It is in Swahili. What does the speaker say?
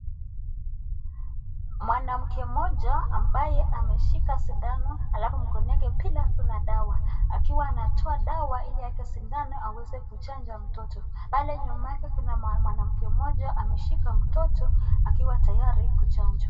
Mwanamke mmoja ambaye ameshika sindano alafu mkono yake pia kuna dawa akiwa anatoa dawa ili aeke sindano aweze kuchanja mtoto. Pale nyuma yake kuna mwanamke mmoja ameshika mtoto akiwa tayari kuchanjwa.